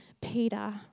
Peter